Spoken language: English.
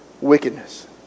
wickedness